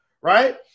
right